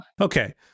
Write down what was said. Okay